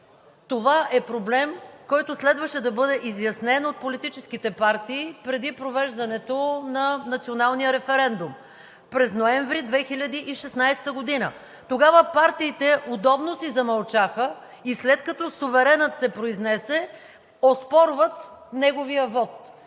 това е проблем, който следваше да бъде изяснен от политическите партии преди провеждането на националния референдум през ноември 2016 г. Тогава партиите удобно си замълчаха и след като суверенът се произнесе, оспорват неговия вот.